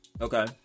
Okay